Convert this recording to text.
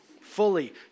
fully